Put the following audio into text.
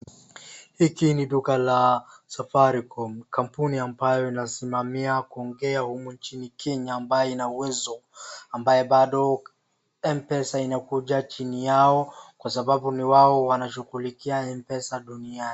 Hiki ni duka la Safaricom, kampuni ambayo inasmamia kuongea humu nchini Kenya ambayo ina uwezo ambayo bado Mpesa inakuja chini yao kwasababu ni hao wanashughulikia Mpesa dunia.